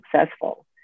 successful